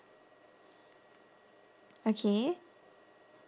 okay